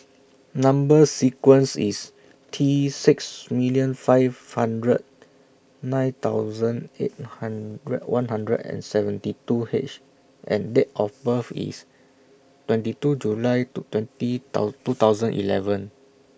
Number sequence IS T six million five hundred nine thousand eight hundred one hundred and seventy two H and Date of birth IS twenty two July two twenty two thousand eleven